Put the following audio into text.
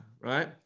right